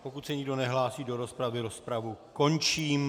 Pokud se nikdo nehlásí do rozpravy, rozpravu končím.